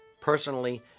personally